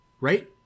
right